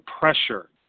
pressure